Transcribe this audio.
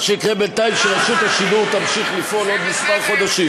מה שיקרה בינתיים הוא שרשות השידור תמשיך לפעול עוד כמה חודשים.